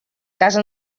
casa